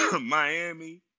Miami